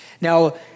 Now